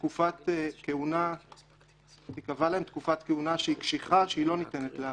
תקופת כהונה שהיא קשיחה, שהיא לא ניתנת להארכה.